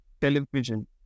television